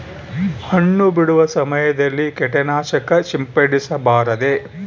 ಹಣ್ಣು ಬಿಡುವ ಸಮಯದಲ್ಲಿ ಕೇಟನಾಶಕ ಸಿಂಪಡಿಸಬಾರದೆ?